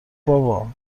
بابا